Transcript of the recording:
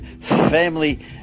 family